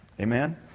Amen